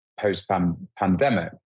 post-pandemic